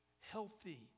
healthy